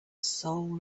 soul